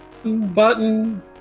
Button